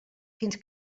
fins